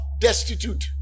destitute